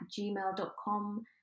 gmail.com